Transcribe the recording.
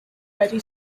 ready